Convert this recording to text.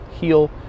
heal